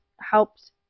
helps